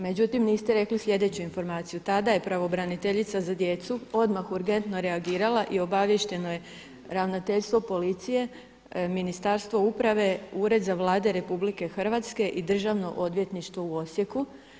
Međutim niste rekli sljedeću informaciju, tada je pravobraniteljica za djecu odmah urgentno reagirala i obavješteno je ravnateljstvo policije, Ministarstvo uprave, Ured za Vlade RH i državno odvjetništvo u Osijeku.